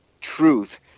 truth